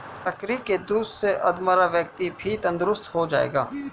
बकरी के दूध से अधमरा व्यक्ति भी तंदुरुस्त हो जाएगा